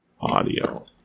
Audio